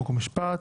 חוק ומשפט.